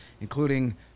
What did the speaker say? including